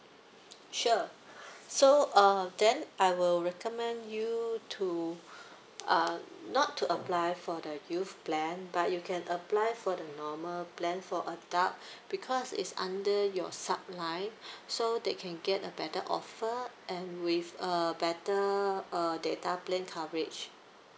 sure so uh then I will recommend you to uh not to apply for the youth plan but you can apply for the normal plan for adult because it's under your sub line so they can get a better offer and with a better uh data plan coverage